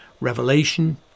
revelation